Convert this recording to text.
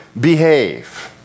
behave